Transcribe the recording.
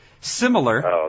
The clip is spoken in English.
similar